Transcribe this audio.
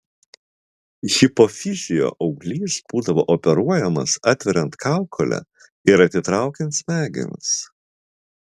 hipofizio auglys būdavo operuojamas atveriant kaukolę ir atitraukiant smegenis